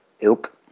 ilk